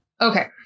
Okay